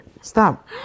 stop